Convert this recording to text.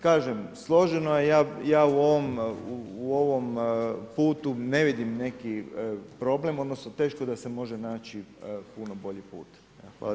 Kažem, složeno je ja u ovom putu ne vidim neki problem odnosno teško da se može naći puno bolji put.